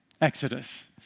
Exodus